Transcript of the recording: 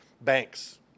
Banks